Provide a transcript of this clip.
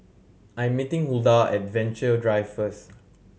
I'm meeting Huldah at Venture Drive first